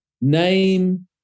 name